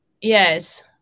Yes